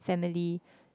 family